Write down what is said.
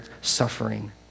suffering